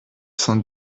cent